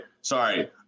Sorry